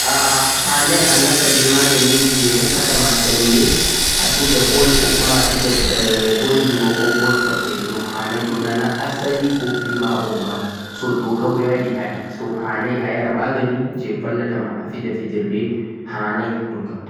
Hanai anaftira ɓe magani koh lekki je hukkatama sembe a fiija ball jungo koh je kuɗɗe. Doka ma haɗe